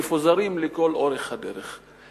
מפוזרים לכל אורך הדרך.